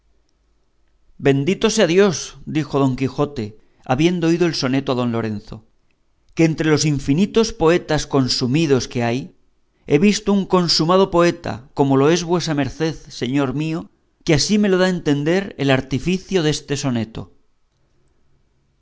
bendito sea dios dijo don quijote habiendo oído el soneto a don lorenzo que entre los infinitos poetas consumidos que hay he visto un consumado poeta como lo es vuesa merced señor mío que así me lo da a entender el artificio deste soneto